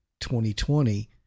2020